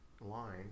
line